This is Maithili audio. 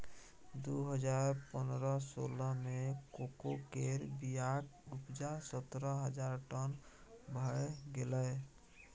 दु हजार पनरह सोलह मे कोको केर बीयाक उपजा सतरह हजार टन भए गेलै